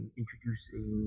introducing